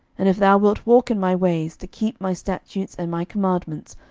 and if thou wilt walk in my ways, to keep my statutes and my commandments,